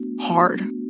hard